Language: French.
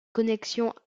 connexions